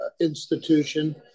institution